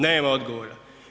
Nema odgovora.